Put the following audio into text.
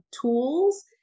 tools